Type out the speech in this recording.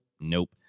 nope